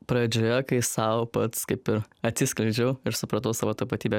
pradžioje kai sau pats kaip ir atsiskleidžiau ir supratau savo tapatybę